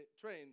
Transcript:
train